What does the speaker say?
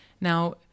Now